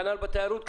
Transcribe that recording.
כנ"ל בתיירות,